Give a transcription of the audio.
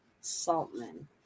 Saltman